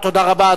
תודה רבה.